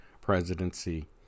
presidency